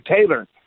Taylor